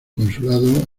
consulado